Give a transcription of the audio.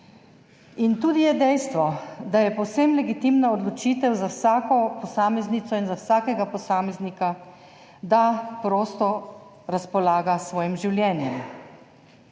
In tudi je dejstvo, da je povsem legitimna odločitev za vsako posameznico in za vsakega posameznika, da prosto razpolaga s svojim življenjem.